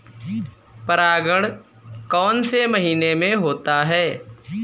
परागण कौन से महीने में होता है?